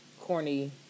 corny